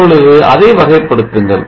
இப்பொழுது அதை வகைப்படுத்துங்கள்